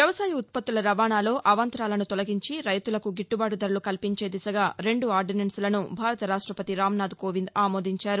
వ్యవసాయ ఉత్పత్తుల రవాణాలో అవాంతరాలను తొలగించి రైలులకు గిట్లుబాటు ధరలు కల్సించే దిశగా రెండు ఆర్డినెన్స్లను భారత రాష్టపతి రామ్నాథ్ కోవింద్ ఆమోదించారు